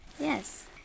yes